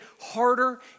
harder